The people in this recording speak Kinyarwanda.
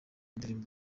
ndirimbo